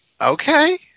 Okay